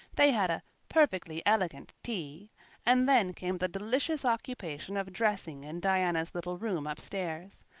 they had a perfectly elegant tea and then came the delicious occupation of dressing in diana's little room upstairs.